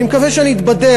אני מקווה שאני אתבדה,